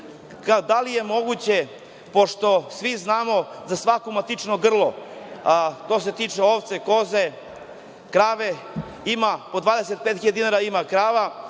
da li je moguće, pošto svi znamo da za svako matično grlo, što se tiče ovce, koze, krave, po 25 hiljada dinara ima krava,